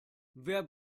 wer